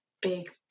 big